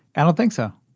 i don't think so